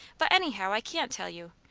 but anyhow i can't tell you.